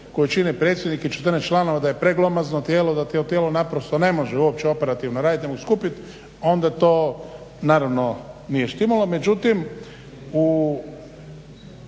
koje čini predsjednik i 14 članova da je preglomazno tijelo, da to tijelo naprosto ne može uopće operativno raditi nego skupit onda to naravno nije štimalo.